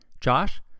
Josh